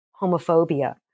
homophobia